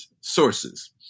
sources